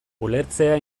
ulertzea